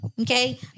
Okay